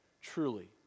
Truly